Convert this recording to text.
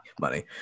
money